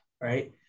right